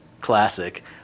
Classic